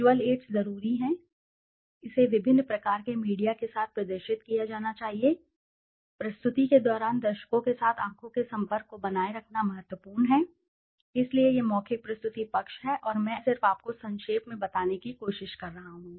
visual aids जरूरी है इसे विभिन्न प्रकार के मीडिया के साथ प्रदर्शित किया जाना चाहिए प्रस्तुति के दौरान दर्शकों के साथ आंखों के संपर्क को बनाए रखना महत्वपूर्ण है इसलिए यह मौखिक प्रस्तुति पक्ष है और मैं सिर्फ आपको संक्षेप में बताने की कोशिश कर रहा हूं